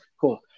Cool